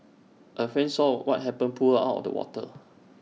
A friend saw what happened pulled her out of the water